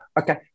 Okay